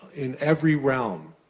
in every realm,